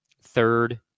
third